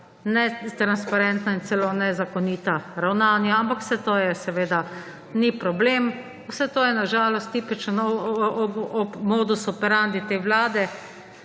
netransparentna in celo nezakonita ravnanja, ampak vse to seveda ni problem. Vse to je na žalost tipično nov modus operandi te vlade,